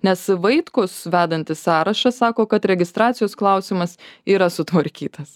nes vaitkus vedantis sąrašą sako kad registracijos klausimas yra sutvarkytas